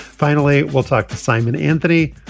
finally, we'll talk to simon anthony.